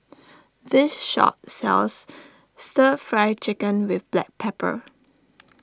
this shop sells Stir Fry Chicken with Black Pepper